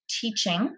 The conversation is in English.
teaching